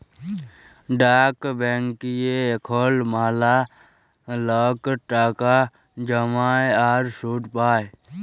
ডাক ব্যাংকিংয়ে এখল ম্যালা লক টাকা জ্যমায় আর সুদ পায়